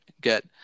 get